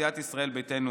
סיעת ישראל ביתנו,